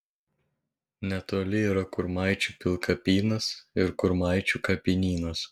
netoli yra kurmaičių pilkapynas ir kurmaičių kapinynas